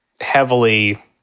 heavily